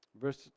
Verse